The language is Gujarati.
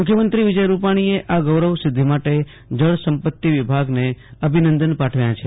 મુખ્યમંત્રી વિજયભાઈ રૂપાણીએ આ ગૌરવ સિઘ્ઘિ માટે જળ સંપતિ વિભાગને અભિનંદન પાઠવ્યા છે